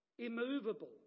immovable